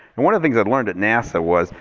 and one of the things i learned at nasa was,